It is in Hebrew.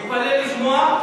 תתפלא לשמוע,